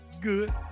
Good